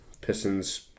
Pistons